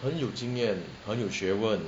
很有经验很有学问